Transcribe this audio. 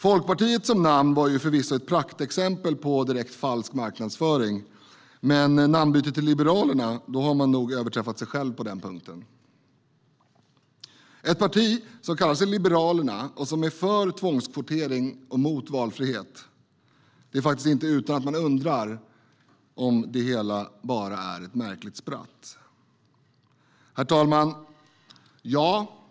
Folkpartiet som namn var förvisso ett praktexempel på direkt falsk marknadsföring. Men med namnbytet till Liberalerna har de nog överträffat sig själva på den punkten. Ett parti som ska kalla sig Liberalerna är för tvångskvotering och mot valfrihet. Det är inte utan att man undrar om det hela bara är ett märkligt spratt.